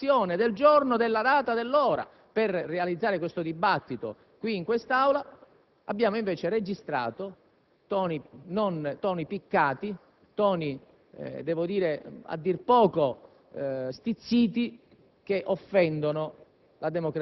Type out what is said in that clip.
al Presidente del Consiglio l'individuazione del giorno, della data e dell'ora per realizzare il dibattito in quest'Aula. Abbiamo invece registrato toni piccati, a dir poco stizziti,